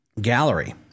gallery